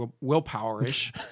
willpower-ish